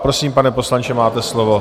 Prosím, pane poslanče, máte slovo.